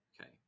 Okay